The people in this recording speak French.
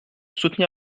soutenir